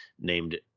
named